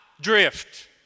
drift